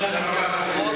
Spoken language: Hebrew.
השקפת,